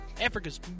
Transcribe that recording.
Africa's